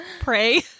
Pray